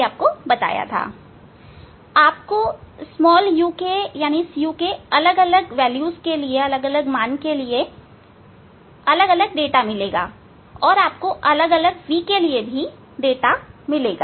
आपको u के अलग अलग मान के लिए डाटा मिलेंगे आपको अलग अलग v के लिए भी डाटा मिलेंगे